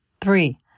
Three